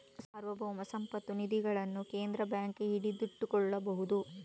ಸಾರ್ವಭೌಮ ಸಂಪತ್ತು ನಿಧಿಗಳನ್ನು ಕೇಂದ್ರ ಬ್ಯಾಂಕ್ ಹಿಡಿದಿಟ್ಟುಕೊಳ್ಳಬಹುದು